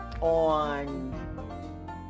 on